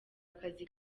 akazi